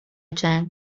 جنگ